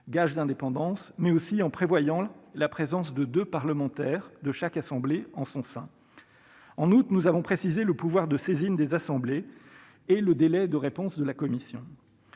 gage d'indépendance, mais aussi en prévoyant la présence de deux parlementaires de chaque assemblée en son sein. En outre, nous avons précisé le pouvoir de saisine des assemblées et le délai de réponse de la commission.